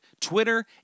Twitter